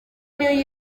niyo